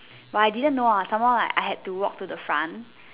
but I did not lah some more I had to walk to the front